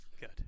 good